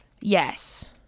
Yes